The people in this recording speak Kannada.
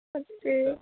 ಮತ್ತು